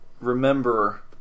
Remember